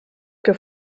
que